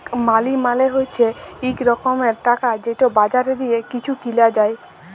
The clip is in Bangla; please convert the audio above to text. মালি মালে হছে ইক রকমের টাকা যেট বাজারে দিঁয়ে কিছু কিলা যায়